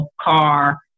car